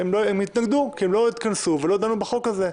הם התנגדו, כי הם לא התכנסו כדי לדון בחוק הזה.